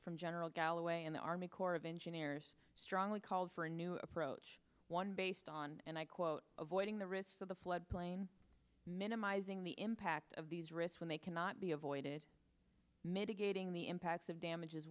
from general galloway and the army corps of engineers strongly called for a new approach one based on and i quote avoiding the risks of the flood plain minimizing the impact of these risks when they cannot be avoided mitigating the impacts of damages